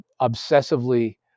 obsessively